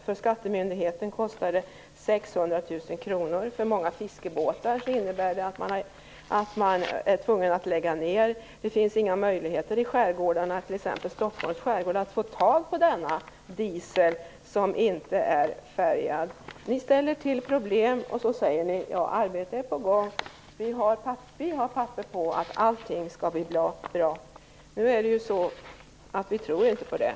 För skattemyndigheten kostar det 600 000 kr. För många med fiskebåtar innebär det nedläggning. Det finns inga möjligheter i skärgårdarna, t.ex. i Stockholms skärgård, att få tag i diesel som inte är färgad. Ni ställer till problem och säger sedan: Arbete är på gång. Vi har papper på att allting skall bli bra. Vi tror dock inte på detta.